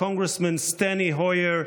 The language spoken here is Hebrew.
ה-congressman סטני הויר.